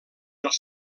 els